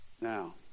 Now